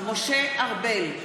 משה ארבל,